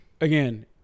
again